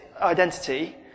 identity